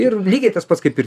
ir lygiai tas pats kaip ir